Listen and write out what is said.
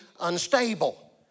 unstable